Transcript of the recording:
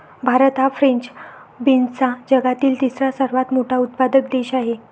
भारत हा फ्रेंच बीन्सचा जगातील तिसरा सर्वात मोठा उत्पादक देश आहे